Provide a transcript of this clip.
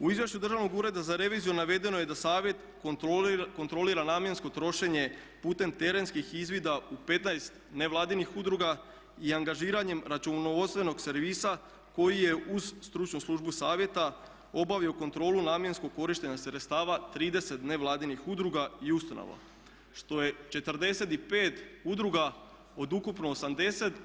U izvješću Državnog ureda za reviziju navedeno je da Savjet kontrolira namjensko trošenje putem terenskih izvida u 15 nevladinih udruga i angažiranjem računovodstvenog servisa koji je uz stručnu službu Savjeta obavio kontrolu namjenskog korištenja sredstava 30 nevladinih udruga i ustanova što je 45 udruga od ukupno 80.